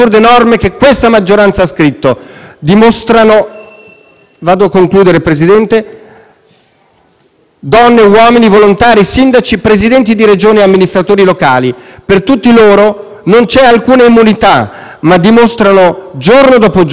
Donne, uomini, volontari, sindaci, Presidenti di Regione, amministratori locali: per tutti loro non c'è alcuna immunità, ma dimostrano giorno dopo giorno, nonostante Salvini, nonostante questo Governo, di essere più forti di qualsiasi cosa. Ma, ahinoi,